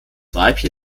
weibchen